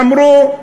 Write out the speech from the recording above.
אמרו,